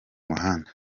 muhanda